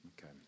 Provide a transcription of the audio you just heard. Okay